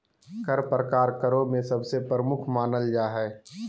कर प्रकार करों में सबसे प्रमुख मानल जा हय